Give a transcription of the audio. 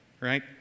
right